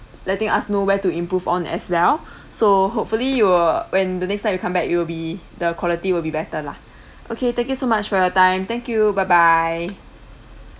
letting us know where to improve on as well so hopefully you will when the next time you come back it will be the quality will be better lah okay thank you so much for your time thank you bye bye